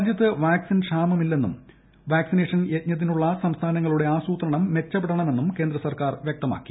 രാജ്യത്ത് വാക്സിൻ ക്ഷാമമില്ലെന്നും വാക്സിനേഷൻ യജ്ഞത്തിനുളള സംസ്ഥാനങ്ങളുടെ ആസൂത്രണം മെച്ചപ്പെടണമെന്നും കേന്ദ്ര സർക്കാർ വ്യക്തമാക്കി